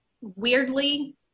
weirdly